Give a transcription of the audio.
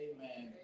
Amen